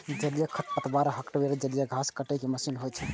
जलीय खरपतवार हार्वेस्टर जलीय घास काटै के मशीन होइ छै